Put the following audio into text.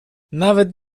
nawet